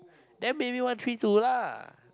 then maybe one three two lah